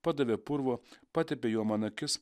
padavė purvo patepė juo man akis